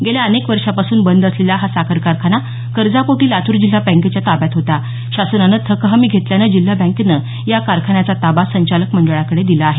गेल्या अनेक वर्षापासून बंद असलेला हा साखर कारखाना कर्जापोटी लातूर जिल्हा बँकेच्या ताब्यात होता शासनाने थकहमी घेतल्यानं जिल्हा बँकेने या कारखान्याचा ताबा संचालक मंडळाकडे दिला आहे